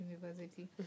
university